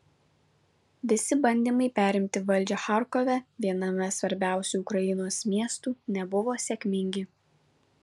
visi bandymai perimti valdžią charkove viename svarbiausių ukrainos miestų nebuvo sėkmingi